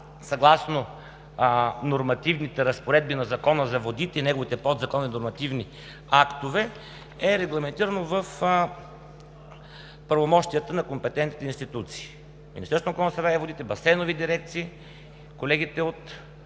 съгласно нормативните разпоредби на Закона за водите и неговите подзаконови нормативни актове, е регламентирано в правомощията на компетентните институции: Министерството на околната среда и водите, Басейнова дирекция, колегите от